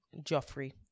Joffrey